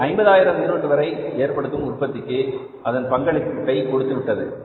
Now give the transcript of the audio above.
அது 50000 யூனிட் வரை ஏற்படும் உற்பத்திக்கு அதன் பங்களிப்பை கொடுத்துவிட்டது